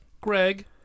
Greg